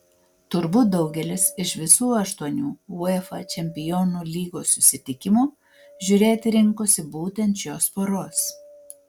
turbūt daugelis iš visų aštuonių uefa čempionų lygos susitikimų žiūrėti rinkosi būtent šios poros